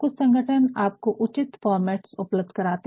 कुछ संगठन आपको उचित फॉर्मैट्स उपलब्ध कराते हैं